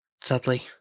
sadly